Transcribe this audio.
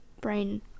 brain